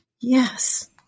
Yes